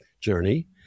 journey